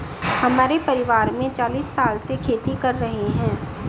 हमारे परिवार में चालीस साल से खेती कर रहे हैं